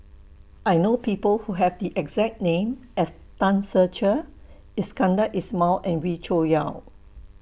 I know People Who Have The exact name as Tan Ser Cher Iskandar Ismail and Wee Cho Yaw